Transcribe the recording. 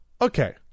Okay